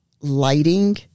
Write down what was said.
lighting